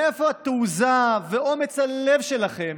מאיפה התעוזה ואומץ הלב שלכם